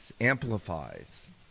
Amplifies